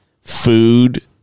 food